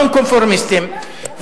נון-קונפורמיסטים,